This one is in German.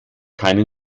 keinen